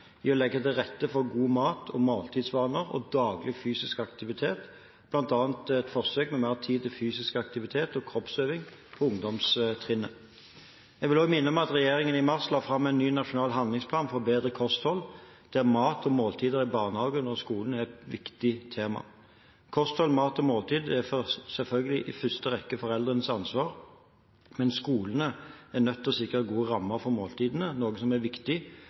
å legge til rette for god mat, gode måltidsvaner og daglig fysisk aktivitet, bl.a. et forsøk med mer tid til fysisk aktivitet og kroppsøving på ungdomstrinnet. Jeg vil også minne om at regjeringen i mars la fram en ny nasjonal handlingsplan for bedre kosthold, der mat og måltider i barnehagen og skolen er et viktig tema. Kosthold, mat og måltider er selvfølgelig i første rekke foreldrenes ansvar, men skolene er nødt til å sikre gode rammer for måltidene, noe som er viktig